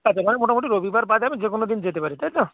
আচ্ছা মানে মোটামুটি রবিবার বাদে আমি যে কোনও দিন যেতে পারি তাই তো